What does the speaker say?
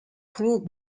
crewed